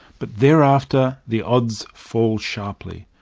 but thereafter the odds fall sharply.